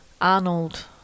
Arnold